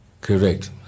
Correct